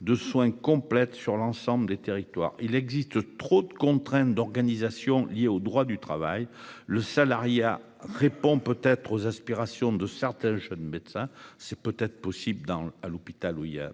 de soins complète sur l'ensemble des territoires. Il existe trop de contraintes d'organisation liées au droit du travail. Le salariat répond peut-être aux aspirations de certains jeunes médecins c'est peut-être possible dans à l'hôpital où il y a